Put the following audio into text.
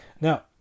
Now